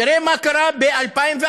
תראה מה קרה ב-2014,